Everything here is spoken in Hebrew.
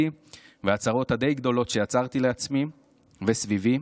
והצרות הדי-גדולות שיצרתי לעצמי וסביבי,